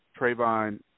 Trayvon